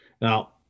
Now